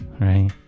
right